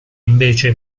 invece